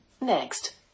Next